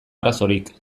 arazorik